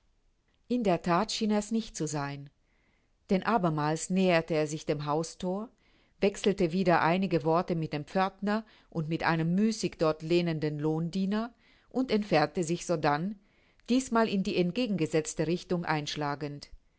in der that schien er's nicht zu sein denn abermals näherte er sich dem hausthor wechselte wieder einige worte mit dem pförtner und mit einem müßig dort lehnenden lohndiener und entfernte sich sodann diesesmal die entgegengesetzte richtung einschlagend